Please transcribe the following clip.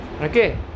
Okay